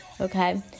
Okay